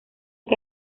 que